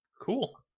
Cool